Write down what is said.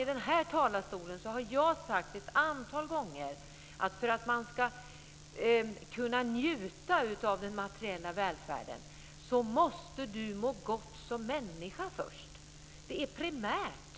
I den här talarstolen har jag ett antal gånger sagt att för att man ska kunna njuta av den materiella välfärden måste man må gott som människa. Det är primärt.